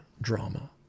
drama